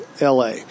la